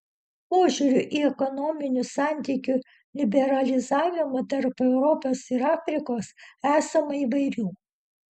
požiūrių į ekonominių santykių liberalizavimą tarp europos ir afrikos esama įvairių